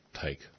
take